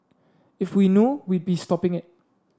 if we know we'd be stopping it